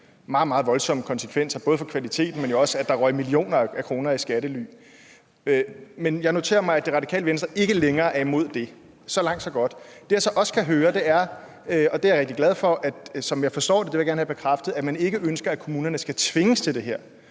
meget, meget voldsomme konsekvenser både for kvaliteten, men også på den måde, at der røg millioner af kroner i skattely. Men jeg noterer mig, at Det Radikale Venstre ikke længere er imod det. Så langt, så godt. Det, jeg så også kan høre, er, og det er jeg rigtig glad for, at som jeg forstår det – og det vil jeg gerne have bekræftet – ønsker man ikke, at kommunerne skal tvinges til det her.